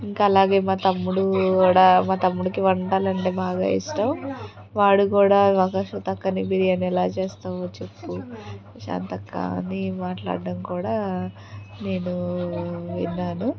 ఇంకా అలాగే మా తమ్ముడు కూడా మా తమ్ముడికి వంటలంటే బాగా ఇష్టం వాడు కూడా అక్కా అక్కా బిర్యానీ ఎలా చేస్తావో చెప్పు శాంతక్క అని మాట్లాడటం కూడా నేను విన్నాను